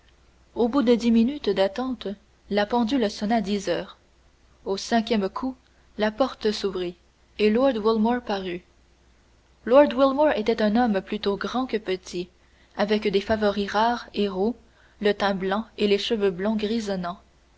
au bout de dix minutes d'attente la pendule sonna dix heures au cinquième coup la porte s'ouvrit et lord wilmore parut lord wilmore était un homme plutôt grand que petit avec des favoris rares et roux le teint blanc et les cheveux blonds grisonnants